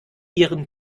ihren